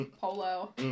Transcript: Polo